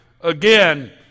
again